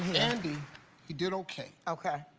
andy he did okay. okay.